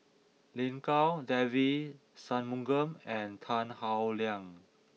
Lin Gao Devagi Sanmugam and Tan Howe Liang